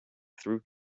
through